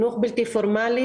חינוך בלתי פורמלי,